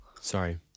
Sorry